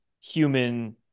human